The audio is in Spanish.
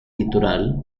litoral